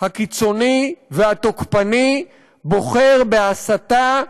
הקיצוני והתוקפני בוחר בהסתה,